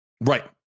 Right